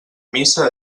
missa